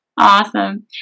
Awesome